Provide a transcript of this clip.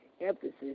Emphasis